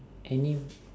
any